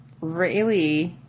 Rayleigh